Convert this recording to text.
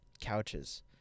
couches